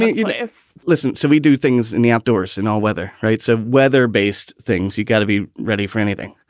mean, let's listen so we do things in the outdoors and all weather rates of weather based things. you've got to be ready for anything.